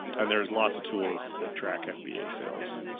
and there's lots of tools that track fba sales.